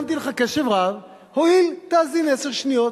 האזנתי לך בקשב רב, הואל, תאזין עשר שניות.